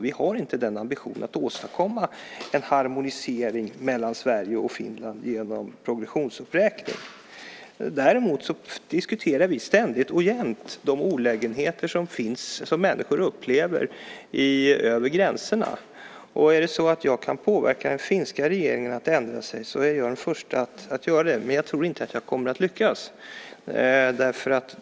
Vi har inte ambitionen att genom progressionsuppräkning åstadkomma en harmonisering mellan Sverige och Finland. Däremot diskuterar vi ständigt och jämt de olägenheter som finns, som människor upplever, över gränserna. Om jag kan påverka den finska regeringen att ändra sig är jag den förste att försöka göra det, men jag tror inte att jag kommer att lyckas.